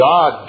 God